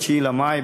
ב-9 במאי,